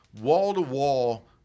wall-to-wall